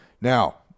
Now